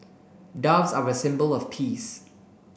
doves are a symbol of peace